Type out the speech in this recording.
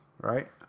right